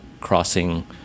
crossing